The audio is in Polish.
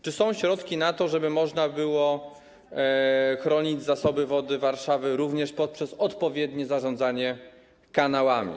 Czy są środki na to, żeby można było chronić zasoby wodne Warszawy również poprzez odpowiednie zarządzanie kanałami?